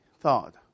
thought